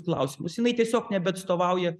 klausimus jinai tiesiog nebeatstovauja